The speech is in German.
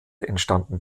entstanden